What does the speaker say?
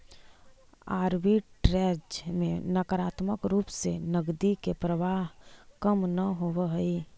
arbitrage में नकारात्मक रूप से नकदी के प्रवाह कम न होवऽ हई